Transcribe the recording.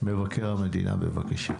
מבקר המדינה בבקשה.